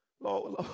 Lord